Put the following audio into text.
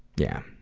yeah.